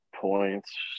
points